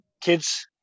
Kids